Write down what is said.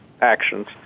actions